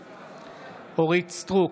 בעד אורית מלכה סטרוק,